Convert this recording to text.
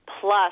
plus